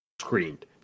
screamed